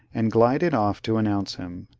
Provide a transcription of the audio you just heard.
and glided off to announce him.